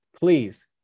please